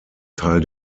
teil